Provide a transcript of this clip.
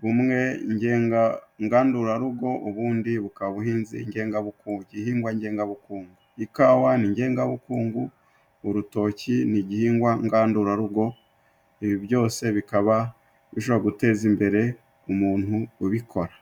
bumwe ngenga ngandurarugo, ubundi bukaba ubuhinzi ngengabukunguku, gihingwa ngengabukungu. Ikawa ni ngengabukungu, urutoki n'igihingwa ngandurarugo. Ibi byose bikaba bishobora guteza imbere umuntu ubikora.